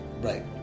Right